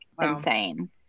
Insane